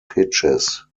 pitches